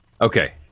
okay